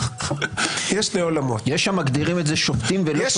כדי באמת לאפשר ולהבין